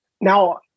Now